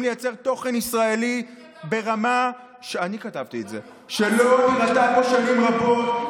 לייצר תוכן ישראלי ברמה שלא נראתה פה שנים רבות.